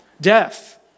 death